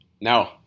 No